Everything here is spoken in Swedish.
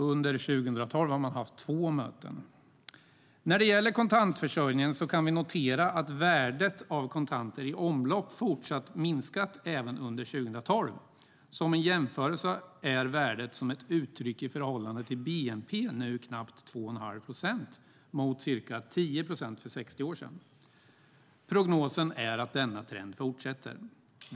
Under 2012 har man haft två möten. När det gäller kontantförsörjningen kan vi notera att värdet av kontanter i omlopp har fortsatt att minska även under 2012. Som en jämförelse är värdet uttryckt i förhållande till bnp nu knappt 2,5 procent mot ca 10 procent för 60 år sedan. Prognosen är att denna trend fortsätter.